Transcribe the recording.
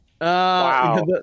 Wow